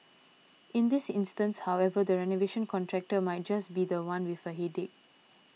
in this instance however the renovation contractor might just be the one with a headache